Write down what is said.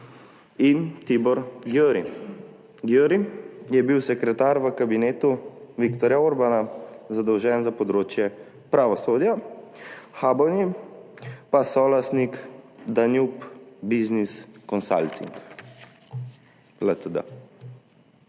in Tibor Györi. Györi je bil sekretar v kabinetu Viktorja Orbana, zadolžen za področje pravosodja, Habony pa solastnik Danube Business Consulting